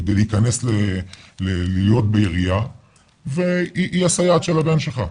כדי להיכנס להיות בעירייה והיא הסייעת של הבן שלך.